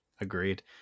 Agreed